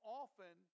often